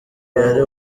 yari